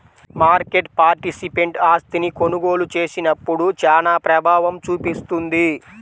market participant ఆస్తిని కొనుగోలు చేసినప్పుడు చానా ప్రభావం చూపిస్తుంది